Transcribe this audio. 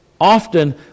often